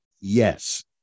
yes